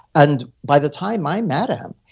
and by the time, i met him,